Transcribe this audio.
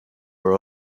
were